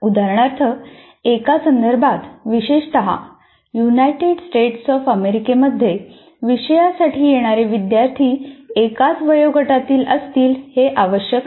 उदाहरणार्थ एका संदर्भात विशेषत युनायटेड स्टेट्स ऑफ अमेरिकेमध्ये विषयासाठी येणारे विद्यार्थी एकाच वयोगटातील असतील हे आवश्यक नाही